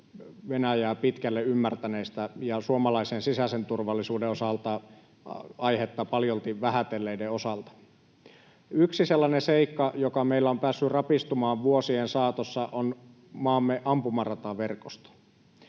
Venäjää pitkälle ymmärtäneistä ja suomalaisen sisäisen turvallisuuden osalta aihetta paljolti vähätelleiden osalta. Yksi sellainen seikka, joka meillä on päässyt rapistumaan vuosien saatossa, on maamme ampumarataverkosto.